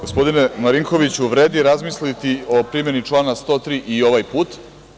Gospodine Marinkoviću, vredi razmisliti o primeni člana 103. i ovaj put.